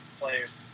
players